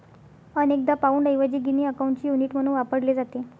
अनेकदा पाउंडऐवजी गिनी अकाउंटचे युनिट म्हणून वापरले जाते